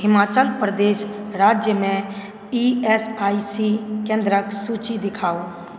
हिमाचल प्रदेश राज्यमे E S I C केन्द्रक सूची देखाउ